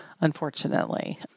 unfortunately